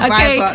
Okay